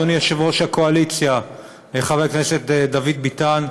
אדוני יושב-ראש הקואליציה חבר הכנסת דוד ביטן,